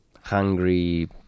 hungry